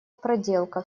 проделка